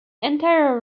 entire